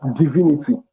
divinity